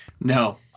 No